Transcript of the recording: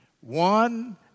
One